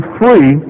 free